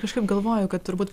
kažkaip galvojau kad turbūt